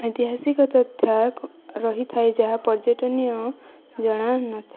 ଐତିହାସିକ ତଥା ରହିଥାଏ ଯାହା ପର୍ଯ୍ୟଟନୀୟ ଜଣା ନଥାଏ